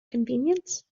convenience